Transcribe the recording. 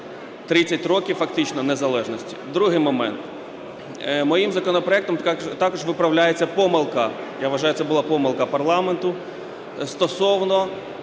фактично незалежності. Другий момент. Моїм законопроектом також виправляється помилка (я вважаю, що це була помилка) парламенту стосовно